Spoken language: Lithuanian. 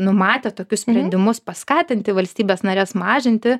numatė tokius sprendimus paskatinti valstybes nares mažinti